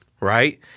Right